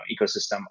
ecosystem